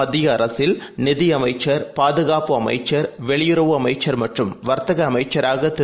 மத்தியஅரசில்நிதிஅமைச்சர் பாதுகாப்புஅமைச்சர் வெளியுறவுஅமைச்சர்மற்றும்வர்த்தகஅமைச்சராகதிரு